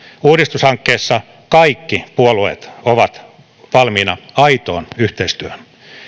uudistushankkeessa kaikki puolueet ovat valmiina aitoon yhteistyöhön